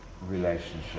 relationship